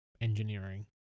engineering